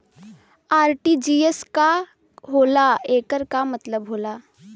RTGS का होला एकर का मतलब होला?